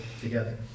together